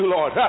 Lord